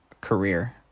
career